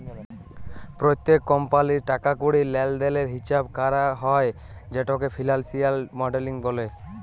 প্যত্তেক কমপালির টাকা কড়ির লেলদেলের হিচাব ক্যরা হ্যয় যেটকে ফিলালসিয়াল মডেলিং ব্যলে